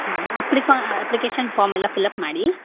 ಹೌದಾ ಅಪ್ಲಿಕಾ application form ಎಲ್ಲ ಫಿಲ್ ಅಪ್ ಮಾಡಿ